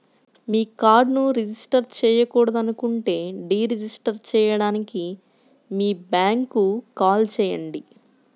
మీ కార్డ్ను రిజిస్టర్ చేయకూడదనుకుంటే deregister చేయడానికి మీ బ్యాంక్కు కాల్ చేయండి